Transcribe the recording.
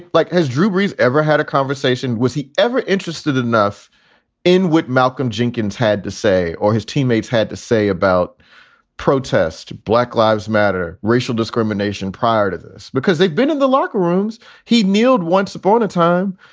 like as drew brees ever had a conversation. was he ever interested enough in what malcolm jenkins had to say or his teammates had to say about protest black lives matter racial discrimination prior to this because they've been in the locker rooms? he kneeled once upon a time.